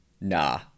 nah